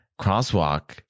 Crosswalk